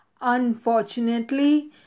Unfortunately